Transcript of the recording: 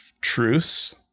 truce